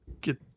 get